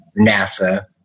NASA